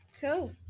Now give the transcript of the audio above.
cool